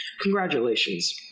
congratulations